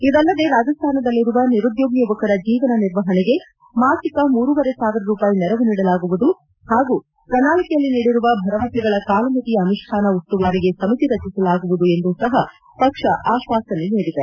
ಇದಲ್ಲದೆ ರಾಜಸ್ತಾನದಲ್ಲಿರುವ ನಿರುದ್ಲೋಗಿ ಯುವಕರ ಜೀವನ ನಿರ್ವಹಣಿಗೆ ಮಾಸಿಕ ಮೂರುವರೆ ಸಾವಿರ ರೂಪಾಯಿ ನೆರವು ನೀಡಲಾಗುವುದು ಹಾಗೂ ಪ್ರಣಾಳಿಕೆಯಲ್ಲಿ ನೀಡಿರುವ ಭರವಸೆಗಳ ಕಾಲಮಿತಿಯ ಅನುಷ್ಠಾನ ಉಸ್ತುವಾರಿಗೆ ಸಮಿತಿಯೊಂದನ್ನು ರಚಿಸಲಾಗುವುದು ಎಂದೂ ಸಹ ಪಕ್ಷ ಆಶ್ವಾಸನೆ ನೀಡಿದೆ